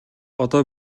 одоо